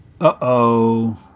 Uh-oh